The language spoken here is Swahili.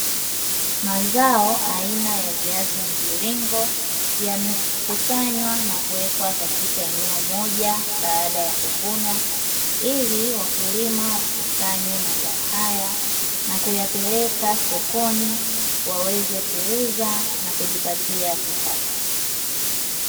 Mazao aina ya viazi mviringo yamekusanywa na kuwekwa katika eneo moja baada ya kuvunwa, ili wakulima wayakusanye mazao haya na kuyapeleka sokoni waweze kuuza na kujipatia kipato.